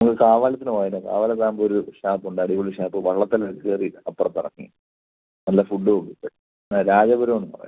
നിങ്ങൾ കാവാലത്തിന് പോയിനോ കാവാലത്താവുമ്പൊരു ഷാപ്പുണ്ട് അടിപൊളി ഷാപ്പ് വള്ളത്തിൽ കയറി അപ്പുറത്താണ് നല്ല ഫുഡ് കിട്ടും രാജപുരോന്ന് പറയുന്നത്